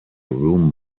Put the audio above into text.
room